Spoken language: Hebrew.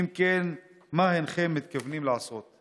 מה שהתכוונתי לומר בסוף.